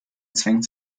zwängt